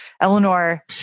Eleanor